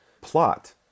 plot